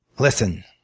listen.